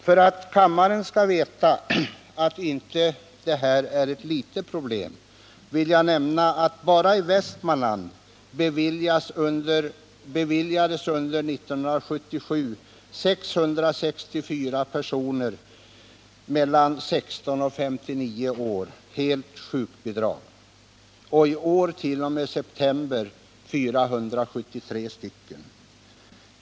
För att kammaren skall veta att det här inte är ett litet problem vill jag nämna, att bara i Västmanland beviljades under 1977 664 personer mellan 16 och 59 år helt sjukbidrag och i år t.o.m. september 473 personer.